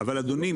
אבל אדוני,